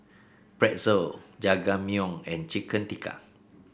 Pretzel Jajangmyeon and Chicken Tikka